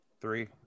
Three